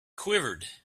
quivered